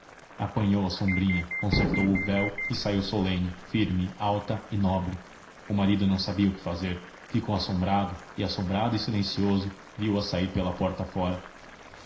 apanhou a sombrinha concertou o véu e saiu solene firme alta e nobre o marido não sabia o que fazer ficou assombrado e assombrado e silencioso viu-a sair pela porta fora